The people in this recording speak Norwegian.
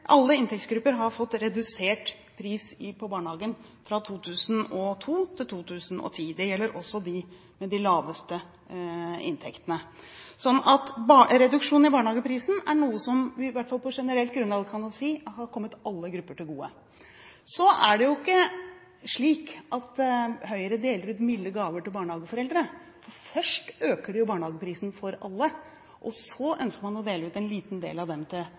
alle inntektsgrupper – men nå er vi på statistikken, det kan jo tenkes at det finnes noen enkeltindivider innimellom – har fått redusert pris på barnehagen fra 2002 til 2010. Det gjelder også dem med de laveste inntektene. Så reduksjon i barnehageprisen er noe som vi, i hvert fall på generelt grunnlag, kan si har kommet alle grupper til gode. Så er det ikke slik at Høyre deler ut milde gaver til barnehageforeldre. Først øker man jo barnehageprisen for alle, og så ønsker man å dele ut en liten del av